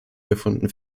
gefunden